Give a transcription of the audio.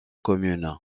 commune